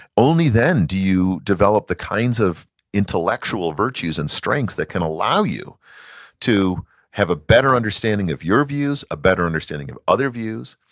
only then do you develop the kinds of intellectual virtues and strengths that can allow you to have a better understanding of your views, a better understanding of other views,